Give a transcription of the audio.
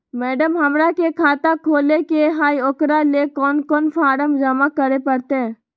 Madam, हमरा के खाता खोले के है उकरा ले कौन कौन फारम जमा करे परते?